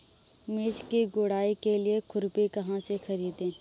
मिर्च की गुड़ाई के लिए खुरपी कहाँ से ख़रीदे?